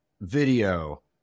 video